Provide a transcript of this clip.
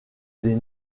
des